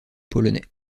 polonais